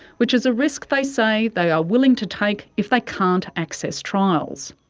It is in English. which is a risk they say they are willing to take if they can't access trials,